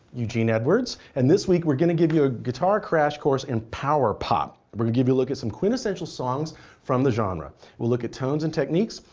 eugene edwards. and this week we're going to give you a guitar crash course in power pop. we're going to give you a look at some quintessential songs from the genre. we'll look at tones and techniques,